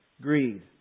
Greed